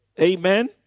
Amen